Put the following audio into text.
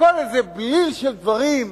הכול איזה בליל של דברים,